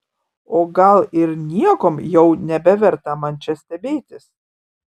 o gal ir niekuom jau nebeverta čia man stebėtis